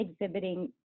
exhibiting